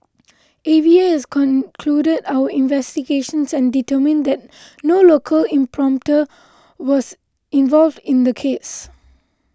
A V A has concluded our investigations and determined that no local importer was involved in the case